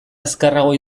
azkarrago